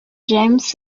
james